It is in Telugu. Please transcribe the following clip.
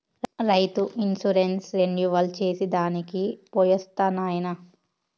రైతు ఇన్సూరెన్స్ రెన్యువల్ చేసి దానికి పోయొస్తా నాయనా